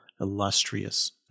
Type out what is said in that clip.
illustrious